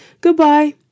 Goodbye